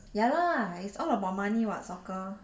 ya lah it's all about money [what] soccer